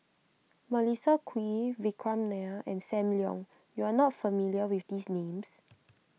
Melissa Kwee Vikram Nair and Sam Leong you are not familiar with these names